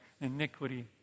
iniquity